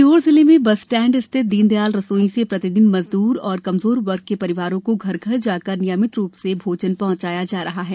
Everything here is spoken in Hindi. सीहोर जिले में बस स्टैंड स्थित दीनदयाल रसोई से प्रतिदिन मजदुर और कमजोर वर्ग के परिवारों को घर घर जाकर नियमित रुप से भोजन पहंचाया जा रहा है